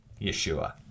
Yeshua